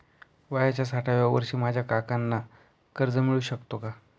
वयाच्या साठाव्या वर्षी माझ्या काकांना कर्ज मिळू शकतो का?